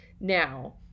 now